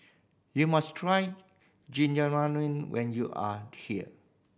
you must try Jajangmyeon when you are here